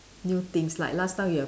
new things like last time you have